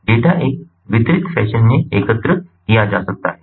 data एक वितरित fashion में एकत्र किया जा सकता है